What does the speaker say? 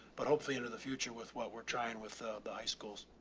but hopefully under the future with what we're trying with the the high schools